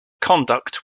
conduct